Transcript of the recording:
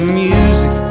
music